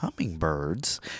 hummingbirds